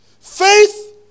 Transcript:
Faith